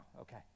Okay